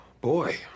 Boy